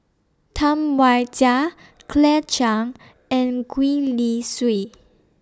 Tam Wai Jia Claire Chiang and Gwee Li Sui